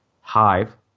Hive